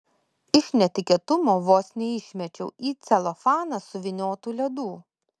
iš netikėtumo vos neišmečiau į celofaną suvyniotų ledų